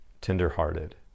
Tenderhearted